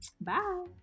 bye